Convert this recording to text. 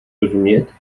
rozumět